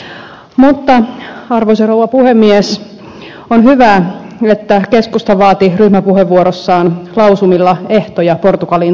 mutta arvoisa rouva puhemies on hyvä että keskusta vaati ryhmäpuheenvuorossaan lausumilla ehtoja portugalin tukemiselle